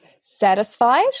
satisfied